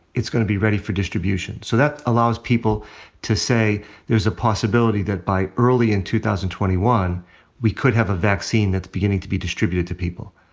it's gonna be ready for distribution. so that allows people to say there's a possibility that by early in two thousand and twenty one we could have a vaccine that's beginning to be distributed to people.